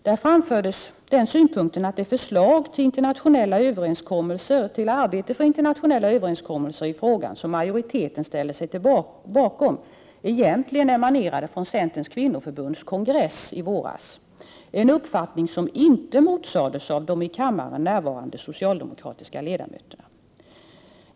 Där framfördes den synpunkten att det förslag beträffande arbete för internationella överenskommelser i den frågan, som majoriteten ställt sig bakom, egentligen emanerade från centerns kvinnoförbunds stämma i våras — en uppfattning som inte motsades av de i kammaren närvarande socialdemokratiska ledamöterna.